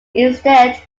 instead